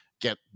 get